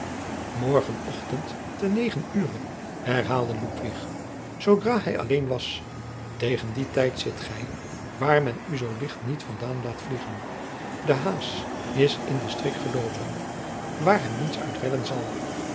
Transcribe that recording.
morgen ochtend te negen ure herhaalde ludwig zoodra hij alleen was tegen dien tijd zit gij waar men u zoo licht niet van daan laat vliegen de haas is in den strik geloopen waar hem niets uit redden zal